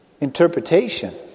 interpretation